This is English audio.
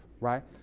right